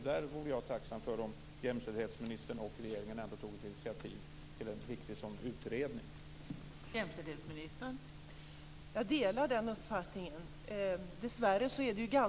Jag vore tacksam om jämställdhetsministern och regeringen tog ett initiativ till en riktig utredning av detta.